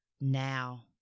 now